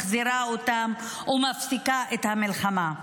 מחזירה אותם ומפסיקה את המלחמה.